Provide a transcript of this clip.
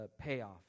payoff